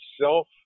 self